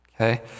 okay